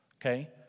Okay